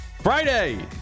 friday